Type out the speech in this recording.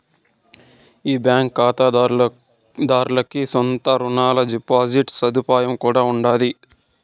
ఈ బాంకీ కాతాదార్లకి సొంత రునాలు, డిపాజిట్ సదుపాయం కూడా ఉండాది